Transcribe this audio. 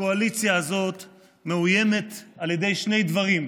הקואליציה הזאת מאוימת על ידי שני דברים,